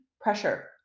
pressure